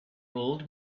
old